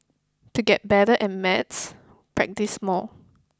to get better and maths practise more